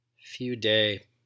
few-day